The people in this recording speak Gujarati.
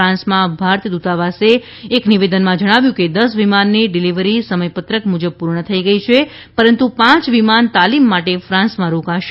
ફાન્સમાં ભારતીય દૂતાવાસે એક નિવેદનમાં જણાવ્યું છે કે દસ વિમાનની ડિલિવરી સમયપત્રક મુજબ પૂર્ણ થઈ ગઈ છે પરંતુ પાંચ વિમાન તાલીમ માટે ફાન્સમાં રોકાશે